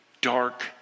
dark